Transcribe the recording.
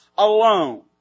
alone